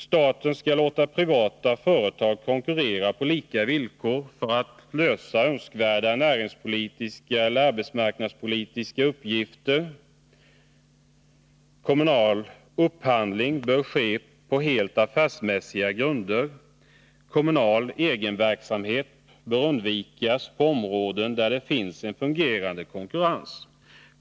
Staten skall låta privata företag konkurrera på lika villkor för att lösa önskvärda näringspolitiska eller arbetsmarknadspolitiska uppgifter. Kommunal upphandling bör ske på helt affärsmässiga grunder. Kommunal egenverksamhet bör undvikas på områden där det finns en fungerande konkurrens.